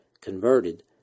converted